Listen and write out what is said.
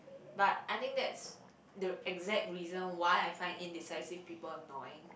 but I think that's the exact reason why I find indecisive people annoying